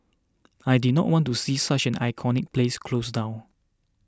I did not want to see such an iconic place close down